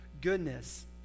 goodness